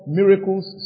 miracles